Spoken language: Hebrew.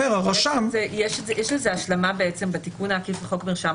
יש לזה השלמה בתיקון העקיף לחוק מרשם